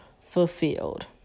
fulfilled